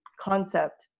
concept